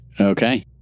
Okay